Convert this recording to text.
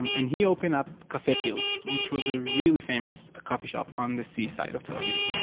and he opened up cafe pilz, which was a really famous coffee shop on the seaside of tel aviv